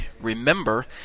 Remember